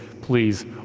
please